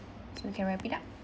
so we can wrap it up